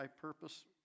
purpose